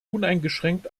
uneingeschränkt